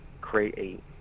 Create